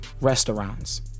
restaurants